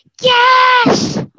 Yes